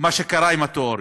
מה שקרה עם התיאוריות.